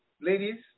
ladies